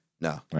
No